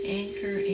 anchor